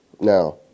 Now